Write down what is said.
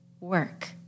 work